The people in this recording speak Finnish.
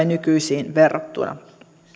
nykyisiin verrattuna